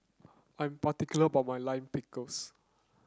I'm particular about my Lime Pickles